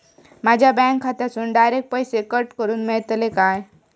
माझ्या बँक खात्यासून डायरेक्ट पैसे कट करूक मेलतले काय?